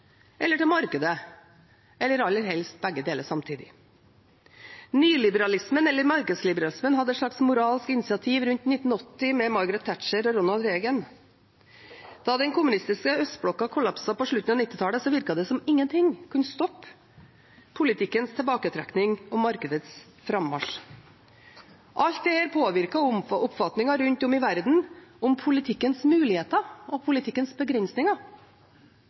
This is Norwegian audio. eller til markedet, eller aller helst begge deler samtidig. Nyliberalismen eller markedsliberalismen hadde et slags moralsk initiativ rundt 1980 med Margareth Thatcher og Ronald Reagan. Da den kommunistiske østblokken kollapset på slutten av 1990-tallet, virket det som om ingenting kunne stoppe politikkens tilbaketrekning og markedets frammarsj. Alt dette påvirket oppfatningen rundt om i verden om politikkens muligheter og politikkens begrensninger.